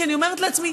כי אני אומרת לעצמי: